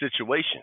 situation